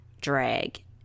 drag